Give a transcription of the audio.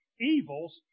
evils